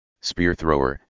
spear-thrower